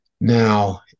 Now –